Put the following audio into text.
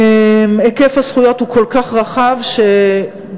היקף הזכויות הוא כל כך רחב שבצד